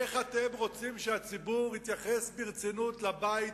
איך אתם רוצים שהציבור יתייחס ברצינות לבית